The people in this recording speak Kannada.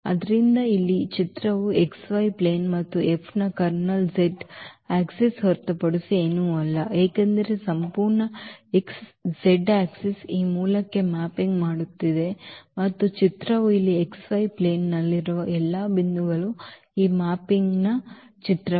ಆದ್ದರಿಂದ ಇಲ್ಲಿ ಚಿತ್ರವು xy ಪ್ಲೇನ್ ಮತ್ತು F ನ ಕರ್ನಲ್ Z ಆಕ್ಸಿಸ್ ಹೊರತುಪಡಿಸಿ ಏನೂ ಇಲ್ಲ ಏಕೆಂದರೆ ಸಂಪೂರ್ಣ Z ಅಕ್ಷವು ಈ ಮೂಲಕ್ಕೆ ಮ್ಯಾಪಿಂಗ್ ಮಾಡುತ್ತಿದೆ ಮತ್ತು ಚಿತ್ರವು ಇಲ್ಲಿ XY ಪ್ಲೇನ್ ನಲ್ಲಿರುವ ಎಲ್ಲಾ ಬಿಂದುಗಳು ಈ ಮ್ಯಾಪಿಂಗ್ ನ ಚಿತ್ರವಾಗಿದೆ